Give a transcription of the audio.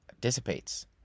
dissipates